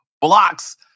blocks